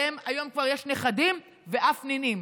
ולהם היום יש כבר נכדים ואף נינים.